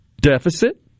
deficit